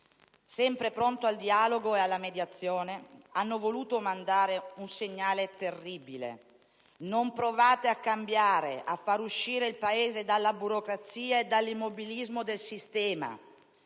sempre pronto al dialogo e alla mediazione, hanno voluto mandare un segnale terribile: non provate a cambiare, a far uscire il Paese dalla burocrazia e dall'immobilismo del sistema.